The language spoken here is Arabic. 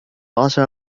عشر